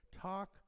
Talk